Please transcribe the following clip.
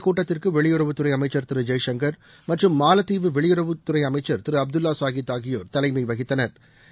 கூட்டத்திற்கு வெளியுறவுத்துறை அமைச்சர் திரு ஜெய்சங்கர் மற்றும் மாலத்தீவு இந்தக் வெளியுறவுத்துறை அமைச்சா் திரு அப்துல்லா சாஹித் ஆகியோா் தலைமை வகித்தனா்